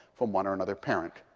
from one or another parent.